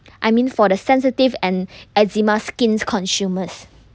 I mean for the sensitive and eczema skins consumers